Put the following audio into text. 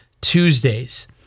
tuesdays